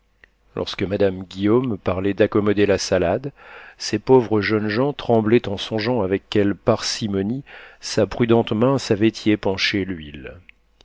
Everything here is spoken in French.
lorsque madame guillaume parlait d'accommoder la salade ces pauvres jeunes gens tremblaient en songeant avec quelle parcimonie sa prudente main savait y épancher l'huile